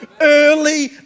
early